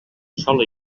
sol